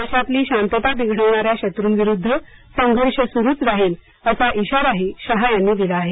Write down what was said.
देशातली शांतता बिघडवणाऱ्या शत्रूंविरूद्ध संघर्ष सुरूच राहील असा इशाराही शहा यांनी दिला आहे